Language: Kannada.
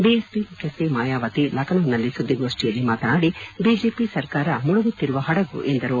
ಬಿಎಸ್ಪಿ ಮುಖ್ಯಸ್ಹೆ ಮಾಯಾವತಿ ಲಖನೌನಲ್ಲಿ ಸುದ್ದಿಗೋಷ್ನಿಯಲ್ಲಿ ಮಾತನಾಡಿ ಬಿಜೆಪಿ ಸರ್ಕಾರ ಮುಳುಗುತ್ತಿರುವ ಹಡಗು ಎಂದರು